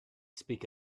speak